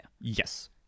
Yes